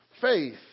faith